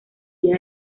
día